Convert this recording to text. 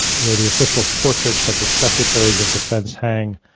where the official portraits of the secretaries of defense hang,